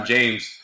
James